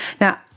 Now